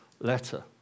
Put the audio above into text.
Letter